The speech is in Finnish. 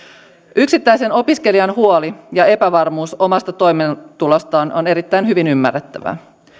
yksittäisen opiskelijan huoli ja epävarmuus omasta toimeentulostaan on erittäin hyvin ymmärrettävää